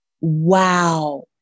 Wow